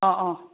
ꯑꯥ ꯑꯥ